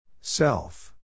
Self